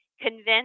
convince